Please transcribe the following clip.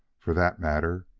for that matter,